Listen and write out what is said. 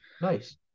Nice